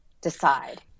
decide